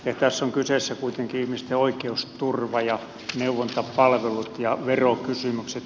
tässä on kyseessä kuitenkin ihmisten oikeusturva ja neuvontapalvelut ja verokysymykset